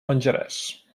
menjaràs